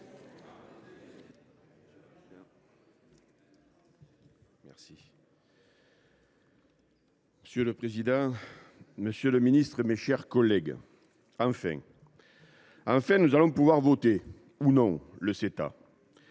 Monsieur le président, monsieur le ministre, mes chers collègues, enfin ! Enfin, nous allons pouvoir nous prononcer